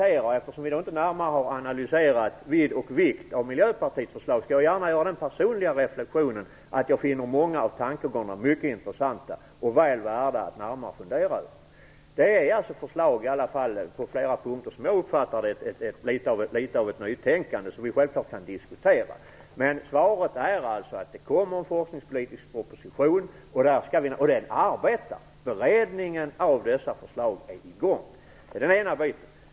Eftersom vi inte närmare har analyserat vidd och vikt av Miljöpartiets förslag, skall jag gärna göra den personliga reflexionen att jag finner många av tankegångarna mycket intressanta och väl värda att närmare fundera på. Det är på flera punkter, som jag uppfattar det, förslag som innebär litet av ett nytänkande som vi självklart kan diskutera. Men svaret är att det kommer en forskningspolitisk proposition och att beredningen av dessa förslag är i gång. Det är den ena biten.